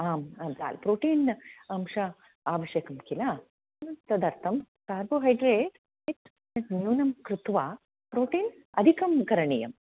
आम् आंा प्रोटिन् अंशः आवश्यकं किल तदर्तं कार्बोहैड्रेट् न्यूनं कृत्वा प्रोटीन् अधिकं करणीयम्